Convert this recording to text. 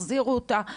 החזירו אותה,